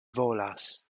volas